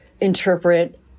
interpret